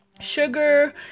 sugar